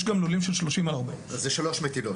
גם לולים של 30 על 40. אז זה שלוש מטילות.